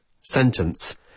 sentence